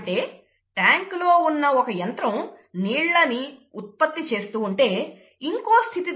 అంటే ట్యాంక్ లో ఉన్న ఒక యంత్రం నీళ్లను ఉత్పత్తి చేస్తూవుంటే ఇంకో స్థితి ద్వారా 0